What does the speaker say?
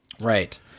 Right